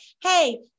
hey